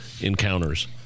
encounters